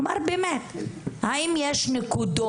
כלומר, באמת, האם יש נקודות,